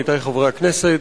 עמיתי חברי הכנסת,